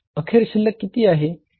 अखेर शिल्लक किती आहे